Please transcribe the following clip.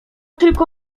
tylko